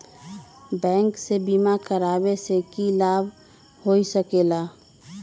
Bank से बिमा करावे से की लाभ होई सकेला?